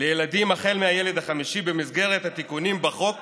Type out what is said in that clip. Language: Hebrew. לילדים החל מהילד החמישי במסגרת התיקונים בחוק